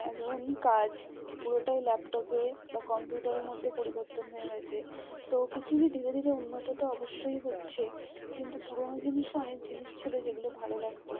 এখন কাজ পুরোটাই ল্যাপটপে বা কম্পিউটারের মধ্যে পরিবর্তন হয়ে গেছে তো পৃথিবী ধীরে ধীরে উন্নত তো অবশ্যই হচ্ছে কিন্তু পুরোনো জিনিসও অনেক জিনিস ছিলো যেগুলো ভালো লাগতো